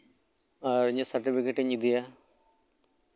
ᱤᱧᱟᱹᱜ ᱥᱟᱨᱴᱤᱯᱷᱤᱠᱮᱴ ᱤᱧ ᱤᱫᱤᱭᱟ